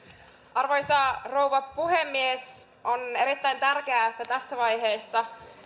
arvoisa rouva puhemies on erittäin tärkeää että tässä vaiheessa